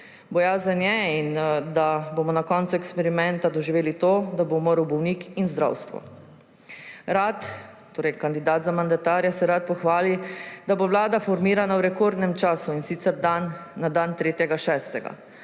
Bojazen je, da bomo na koncu eksperimenta doživeli to, da bosta umrla bolnik in zdravstvo. Kandidat za mandatarja se rad pohvali, da bo vlada formirana v rekordnem času, in sicer na dan 3. 6.